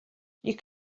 you